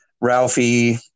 Ralphie